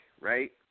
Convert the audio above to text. right